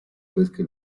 pesca